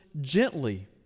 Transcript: gently